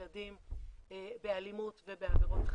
האנשים האלימים עצמם בכל האמצעים והכלים שיש להם,